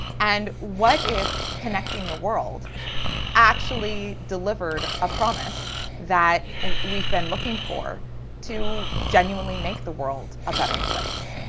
and what if connecting the world actually delivered a promise that we've been looking for to genuinely make the world a better place?